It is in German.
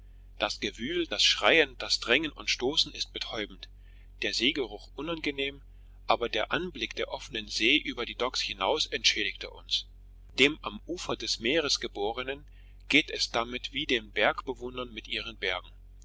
das gewühl das schreien das drängen und stoßen ist betäubend der seegeruch unangenehm aber der anblick der offenen see über die docks hinaus entschädigte uns den am ufer des meeres geborenen geht es damit wie den bergbewohnern mit ihren bergen